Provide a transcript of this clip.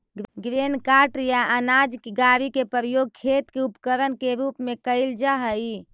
grain cart या अनाज के गाड़ी के प्रयोग खेत के उपकरण के रूप में कईल जा हई